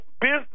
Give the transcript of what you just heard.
business